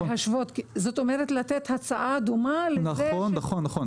כלומר, לתת הצעה דומה לזוכה.